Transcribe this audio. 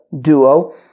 Duo